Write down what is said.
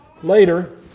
Later